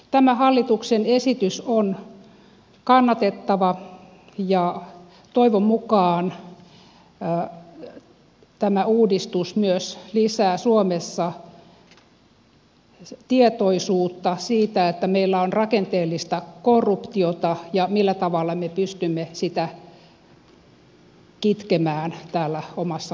tämä hallituksen esitys on kannatettava ja toivon mukaan tämä uudistus myös lisää suomessa tietoisuutta siitä että meillä on rakenteellista korruptiota ja siitä millä tavalla me pystymme sitä kitkemään täällä omassa maassa